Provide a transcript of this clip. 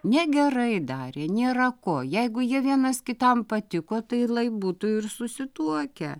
negerai darė nėra ko jeigu jie vienas kitam patiko tai lai būtų ir susituokę